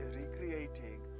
recreating